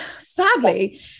sadly